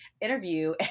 interview